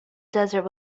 desert